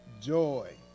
joy